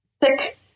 thick